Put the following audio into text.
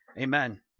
amen